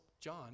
John